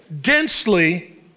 densely